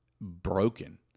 broken